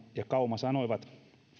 ja kauma sanoivat